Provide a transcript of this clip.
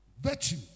virtue